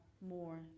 more